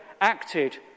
acted